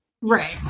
right